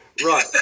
right